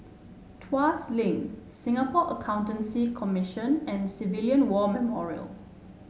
Tuas Link Singapore Accountancy Commission and Civilian War Memorial